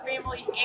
family